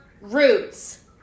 roots